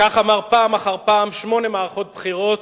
כך אמר פעם אחר פעם, שמונה מערכות בחירות,